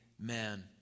Amen